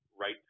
right